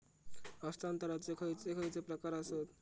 हस्तांतराचे खयचे खयचे प्रकार आसत?